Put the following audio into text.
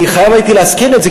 אני חייב הייתי להזכיר את זה,